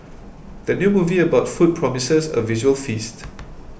the new movie about food promises a visual feast